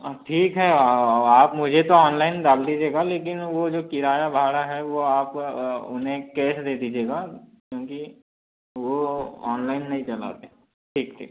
हाँ ठीक है आप मुझे तो ऑनलाइन डाल दीजिएगा लेकिन वो जो किराया भाड़ा है वो आप उन्हें कैश दे दीजिएगा क्योंकि वो ऑनलाइन नहीं चलाते ठीक ठीक है